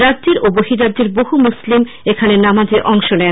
রাজ্যের ও বহিরাজ্যের বহু মুসলিম এখানে নামাজে অংশ নেন